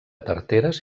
tarteres